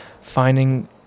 finding